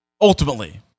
ultimately